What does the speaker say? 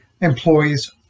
employees